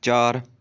ਚਾਰ